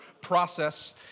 process